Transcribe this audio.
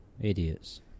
Idiots